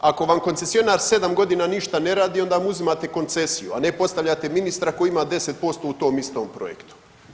Ako vam koncesionar 7 godina ništa ne radi onda mu uzimate koncesiju, a ne postavljate ministra koji ima 10% u tom istom projektu.